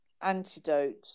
antidote